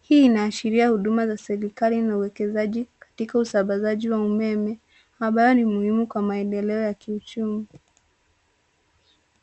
Hii inaashiria huduma za serikali na uwekezaji katika usambazaji wa umeme ambayo ni muhimu kwa maendeleo ya kiuchumi.